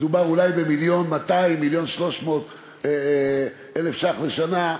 מדובר אולי ב-1.2 מיליון או 1.3 מיליון לשנה,